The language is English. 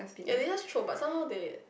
ya they just throw but some how they